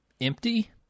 empty